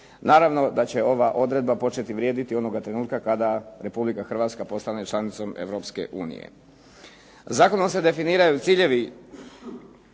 Naravno da će ova odredba početi vrijediti onoga trenutka kada Republika Hrvatska postane članicom Europske unije. Zakonom se definiraju ciljevi